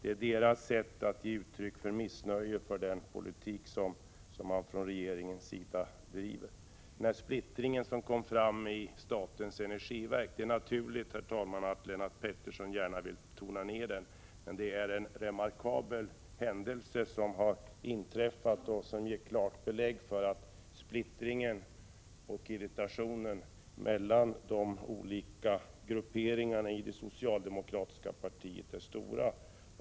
Det är deras sätt att ge uttryck för missnöje med den politik som regeringen driver. Naturligt är att Lennart Pettersson vill tona ner den splittring som kom fram i statens energiverk. Det rör sig emellertid om en remarkabel händelse, och den ger klart belägg för att splittringen och irritationen mellan de olika grupperingarna i det socialdemokratiska partiet är stora.